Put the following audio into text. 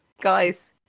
Guys